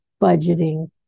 budgeting